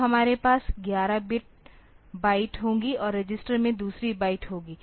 अब हमारे पास 11 बाइट होगी और रजिस्टर में दूसरी बाइट होगी